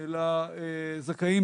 זה שלזכאים,